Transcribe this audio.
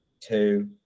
Two